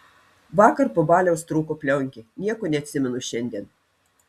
vakar po baliaus trūko plionkė nieko neatsimenu šiandien